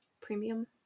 Premium